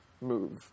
move